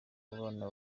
abana